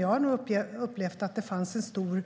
Jag har upplevt att det fanns en stor